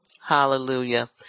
Hallelujah